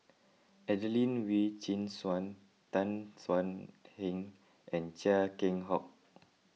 Adelene Wee Chin Suan Tan Thuan Heng and Chia Keng Hock